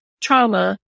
trauma